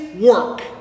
Work